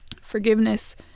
Forgiveness